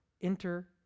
enter